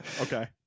okay